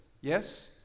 Yes